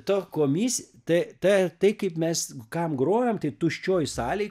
ta komis t ta tai kaip mes kam grojom tai tuščioj salėj